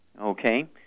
Okay